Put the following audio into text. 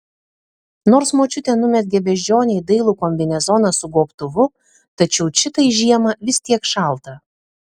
nors močiutė numezgė beždžionei dailų kombinezoną su gobtuvu tačiau čitai žiemą vis tiek šalta